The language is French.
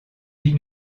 vie